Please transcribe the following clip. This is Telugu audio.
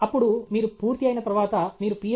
అప్పుడు మీరు పూర్తి అయిన తర్వాత మీరు Ph